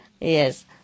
Yes